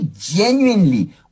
genuinely